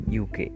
UK